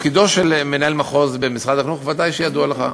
תפקידו של מנהל מחוז במשרד החינוך, ודאי שידוע לך.